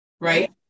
right